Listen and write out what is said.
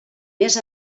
més